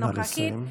נא לסיים.